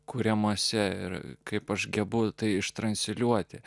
kuriamuose ir kaip aš gebu tai iš transliuoti